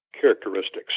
characteristics